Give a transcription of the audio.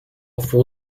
wpół